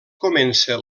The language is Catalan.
comença